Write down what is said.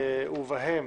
ובהם